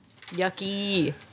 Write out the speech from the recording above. Yucky